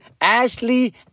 Ashley